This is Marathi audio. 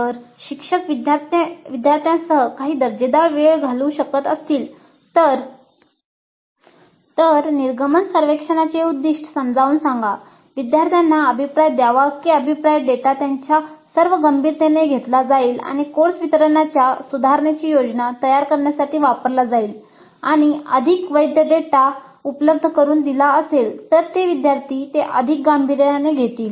जर शिक्षक विद्यार्थ्यांसह काही दर्जेदार वेळ घालवू शकत असतील तर निर्गमन सर्वेक्षणाचे उद्दीष्ट समजावून सांगा विद्यार्थ्यांना अभिप्राय द्यावा की अभिप्राय डेटा त्याच्या सर्व गंभीरतेने घेतला जाईल आणि कोर्स वितरण्याच्या सुधारणेची योजना तयार करण्यासाठी वापरला जाईल आणि अधिक वैध डेटा उपलब्ध करुन दिला असेल तर ते विद्यार्थी ते अधिक गांभीर्याने घेतील